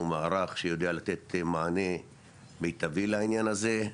מערך שיודע לתת מענה מיטבי לעניין הזה.